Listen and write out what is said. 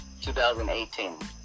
2018